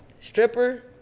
stripper